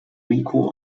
rico